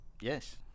Yes